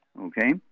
Okay